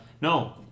no